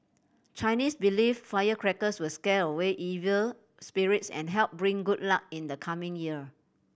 Chinese believe firecrackers will scare away evil spirits and help bring good luck in the coming year